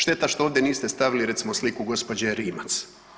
Šteta što ovdje niste stavili recimo sliku gospođe Rimac.